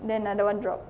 then another one drop